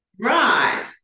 Right